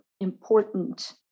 important